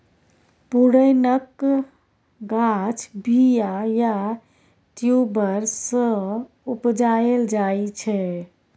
पुरैणक गाछ बीया या ट्युबर सँ उपजाएल जाइ छै